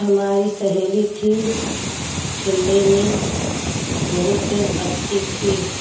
हमारी सहेली थी खेलने में बहुत अच्छी थी